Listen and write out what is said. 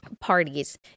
parties